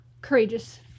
Courageous